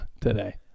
today